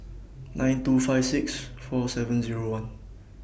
nine two five six four seven Zero one